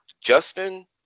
Justin